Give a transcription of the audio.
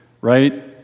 right